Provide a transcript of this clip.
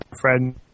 friend